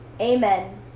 amen